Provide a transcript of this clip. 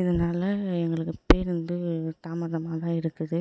இதனால எங்களுக்கு பேருந்து தாமதமாக தான் இருக்குது